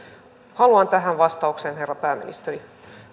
haluan tähän vastauksen herra pääministeri